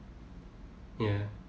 ya